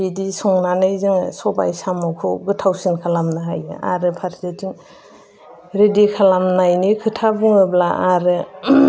बिदि संनानै जोङो सबाय साम'खौ गोथावसिन खालामनो हायो आरो फारसेथिं रेडि खालामनायनि खोथा बुङोब्ला आरो